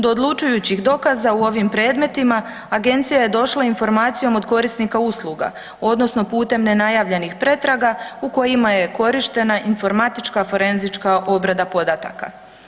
Do odlučujućih dokaza u ovim predmetima agencija je došla informacijom od korisnika usluga odnosno putem nenajavljenih pretraga u kojima je korištena informatička forenzička obrada podataka.